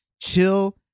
Chill